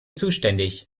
zuständig